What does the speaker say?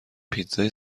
پیتزای